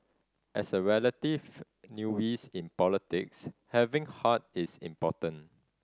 as a relative newbie in politics having heart is important